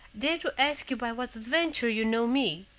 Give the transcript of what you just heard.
dare to ask you by what adventure you know me?